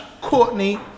Courtney